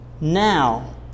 now